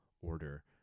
order